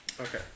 Okay